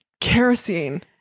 kerosene